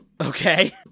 Okay